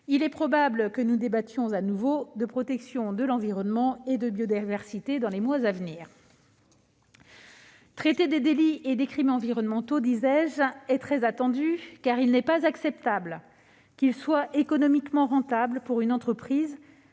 il est probable que nous débattions de nouveau de protection de l'environnement et de biodiversité dans les mois à venir. Le traitement des délits et crimes environnementaux, disais-je, est très attendu, car il n'est pas acceptable qu'il soit économiquement rentable pour une entreprise